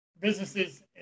businesses